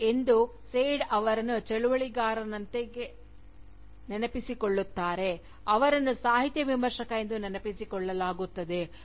ಮತ್ತು ಇಂದು ಸೇಡ್ ಅವರನ್ನು ಚಳುವಳಿಗಾರನಂತೆ ನೆನಪಿಸಿಕೊಳ್ಳುತ್ತಾರೆ ಅವರನ್ನು ಸಾಹಿತ್ಯ ವಿಮರ್ಶಕ ಎಂದು ನೆನಪಿಸಿಕೊಳ್ಳಲಾಗುತ್ತದೆ